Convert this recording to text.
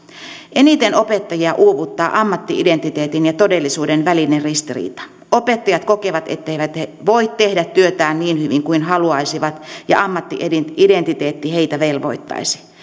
eniten opettajia uuvuttaa ammatti identiteetin ja todellisuuden välinen ristiriita opettajat kokevat etteivät he voi tehdä työtään niin hyvin kuin haluaisivat ja ammatti identiteetti heitä velvoittaisi